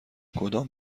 کدام